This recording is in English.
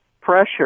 pressure